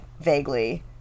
vaguely